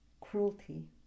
cruelty